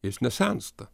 jis nesensta